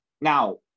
now